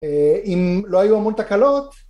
אם לא היו המון תקלות